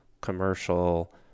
commercial